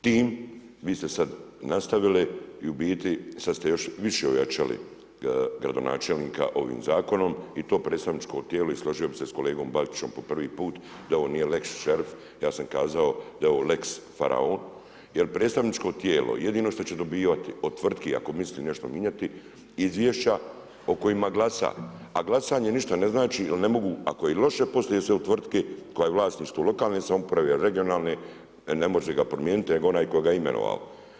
Tim, vi ste sad nastavili i u biti sad ste još više ojačali gradonačelnika ovim zakonom i to predstavničko tijelo i složio bi se s kolegom Bačićem po prvi put, da ovo nije lex šerif, ja sam kazao da je ovo lex faraon jer predstavničko tijelo, jedino što će dobivati od tvrtki ako misli nešto mijenjati, izvješća o kojima glasuje, a glasanje ništa ne znači jer ne mogu, ako i loše posluje se u tvrtki koja je u vlasništvu lokalne samouprave, regionalne, ne može ga promijeniti nego onaj tko ga je imenovao.